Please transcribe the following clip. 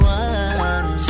one